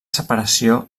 separació